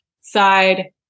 side